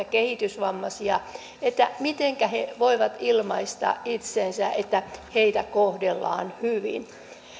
kehitysvammaisia että mitenkä he voivat ilmaista itsensä että heitä kohdellaan hyvin